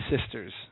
sisters